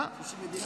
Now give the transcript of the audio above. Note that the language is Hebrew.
יש מדיניות?